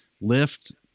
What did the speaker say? lift